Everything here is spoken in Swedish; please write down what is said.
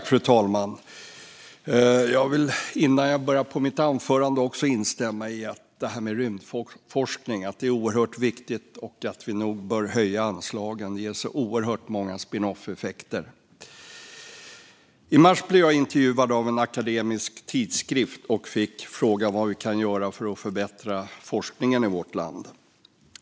Fru talman! Innan jag påbörjar mitt anförande vill även jag instämma i att rymdforskning är oerhört viktigt och att vi nog bör höja anslagen. Det ger så oerhört många spinoff-effekter. I mars blev jag intervjuad av en akademisk tidskrift och fick frågan vad vi kan göra för att förbättra forskningen i vårt land.